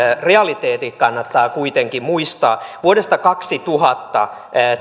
realiteetit kannattaa kuitenkin muistaa vuodesta kaksituhatta